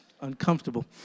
uncomfortable